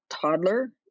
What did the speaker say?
toddler